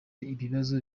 ibibazo